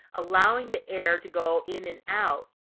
allowing the air to go in and out.